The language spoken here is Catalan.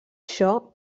això